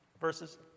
verses